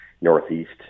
Northeast